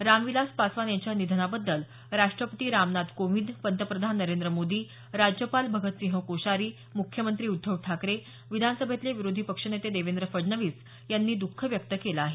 रामविलास पासवान यांच्या निधनाबद्दल राष्ट्रपती रामनाथ कोविंद पंतप्रधान नरेंद्र मोदी राज्यपाल भगतसिंह कोश्यारी मुख्यमंत्री उद्धव ठाकरे विधानसभेतले विरोधी पक्षनेते देवेंद्र फडणवीस यांनी दख व्यक्त केलं आहे